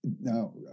now